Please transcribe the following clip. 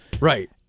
Right